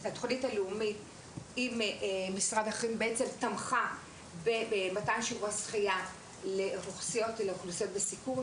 התוכנית עם משרד החינוך תמכה במתן שיעורי שחייה לאוכלוסיות בסיכון,